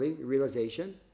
realization